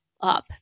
Up